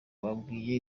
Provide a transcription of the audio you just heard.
babwiye